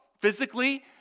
physically